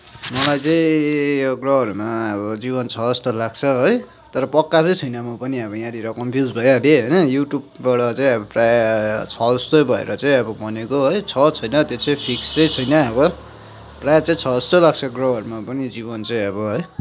मलाई चाहिँ यो ग्रहहरूमा अब जीवन छ जस्तो लाग्छ है तर पक्का चाहिँ छैन म पनि अब यहाँनिर कन्फ्युज भइहालेँ होइन युट्युबबाट चाहिँ अब प्राय छ जस्तै भएर चाहिँ अब भनेको है छ छैन त्यो चाहिँ फिक्स चाहिँ छैन अब प्राय चाहिँ छ जस्तै लाग्छ ग्रहहरूमा पनि जीवन चाहिँ अब है